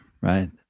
right